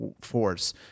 force